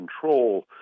control